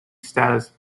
status